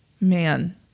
Man